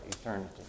eternity